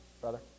Brother